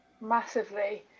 massively